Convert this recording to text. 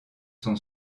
sont